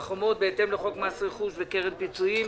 "שומר החומות" בהתאם לחוק מס רכוש וקרן פיצויים,